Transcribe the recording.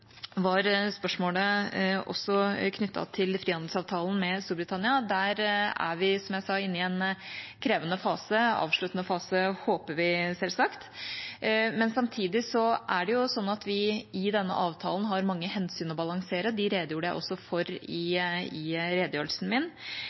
var det også spørsmål knyttet til frihandelsavtalen med Storbritannia. Der er vi, som jeg sa, inne i en krevende fase – en avsluttende fase, håper vi selvsagt. Men samtidig er det sånn at vi i denne avtalen har mange hensyn å balansere. Dem redegjorde jeg også for i